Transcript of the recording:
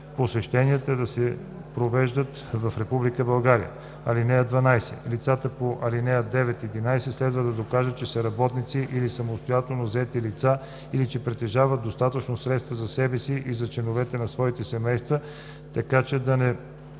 посещенията да се провеждат в Република България. (12) Лицата по ал. 9 – 11 следва да докажат, че са работници или самостоятелно заети лица или че притежават достатъчно средства за себе си и за членовете на своите семейства, така че да не